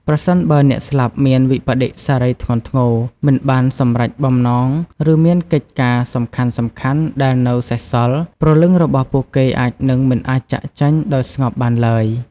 ប្រសិនបើអ្នកស្លាប់មានវិប្បដិសារីធ្ងន់ធ្ងរ មិនបានសម្រេចបំណង ឬមានកិច្ចការសំខាន់ៗដែលនៅសេសសល់ ព្រលឹងរបស់ពួកគេអាចនឹងមិនអាចចាកចេញដោយស្ងប់បានឡើយ។